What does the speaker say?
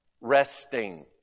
resting